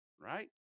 right